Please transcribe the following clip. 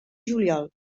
juliol